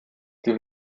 sie